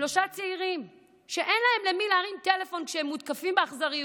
שלושה צעירים שאין להם למי להרים טלפון כשהם מותקפים באכזריות.